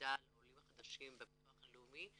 למידע על העולים החדשים בביטוח הלאומי,